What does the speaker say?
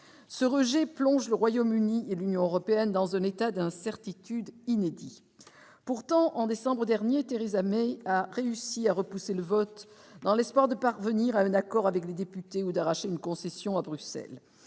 Ce rejet plonge le Royaume-Uni et l'Union européenne dans un état d'incertitude inédit. Pourtant, en décembre dernier, Theresa May a réussi à repousser le vote dans l'espoir de parvenir à un accord avec les députés ou d'arracher une concession à Bruxelles.